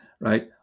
right